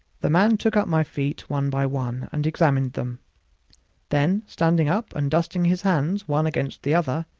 the man took up my feet one by one and examined them then standing up and dusting his hands one against the other,